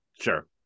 sure